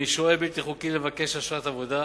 משוהה בלתי חוקי לבקש אשרת עבודה,